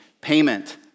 payment